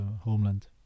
homeland